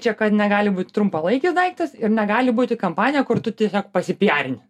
čia kad negali būt trumpalaikis daiktas ir negali būti kampanija kur tu tiesiog pasipiarini